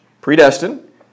predestined